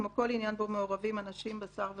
כמו כל עניין בו מעורבים אנשים בשר ודם.